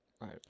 Right